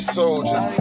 soldiers